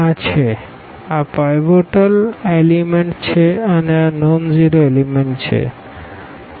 આ છે આ પાઈવોટલ એલીમેન્ટ્સછે અને આ નોન ઝીરો એલીમેન્ટ્સછે